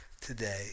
today